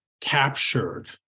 captured